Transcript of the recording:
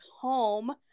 home